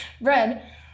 Bread